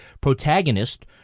protagonist